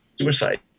suicide